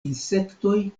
insektoj